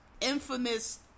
infamous